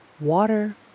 water